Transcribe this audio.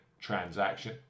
transaction